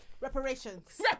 Reparations